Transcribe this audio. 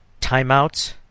timeouts